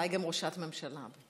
אולי גם ראשת ממשלה.